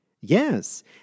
Yes